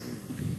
היושב-ראש,